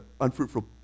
unfruitful